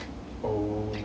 oh